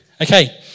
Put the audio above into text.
Okay